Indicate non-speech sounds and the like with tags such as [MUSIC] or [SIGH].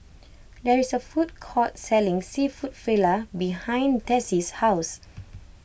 [NOISE] there is a food court selling Seafood Paella behind Tessie's house [NOISE]